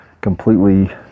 completely